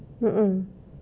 ah ah